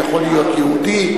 הוא יכול להיות יהודי,